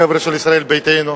לחבר'ה של ישראל ביתנו.